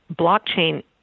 blockchain